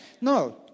No